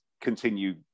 continue